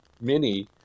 mini